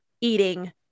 eating